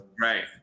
right